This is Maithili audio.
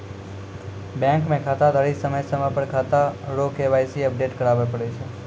बैंक मे खाताधारी समय समय पर खाता रो के.वाई.सी अपडेट कराबै पड़ै छै